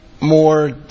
more